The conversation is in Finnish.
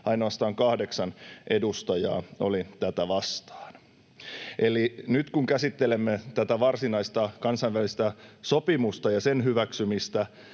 Ainoastaan kahdeksan edustajaa oli tätä vastaan. Eli nyt, kun käsittelemme tätä varsinaista kansainvälistä sopimusta ja sen hyväksymistä,